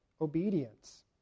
obedience